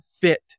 fit